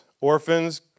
orphans